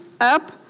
up